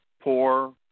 poor